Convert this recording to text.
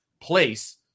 place